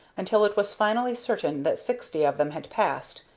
until it was finally certain that sixty of them had passed,